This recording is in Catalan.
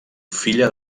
filla